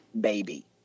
baby